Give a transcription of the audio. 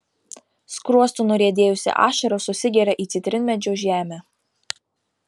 skruostu nuriedėjusi ašara susigeria į citrinmedžio žemę